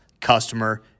customer